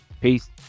peace